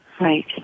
Right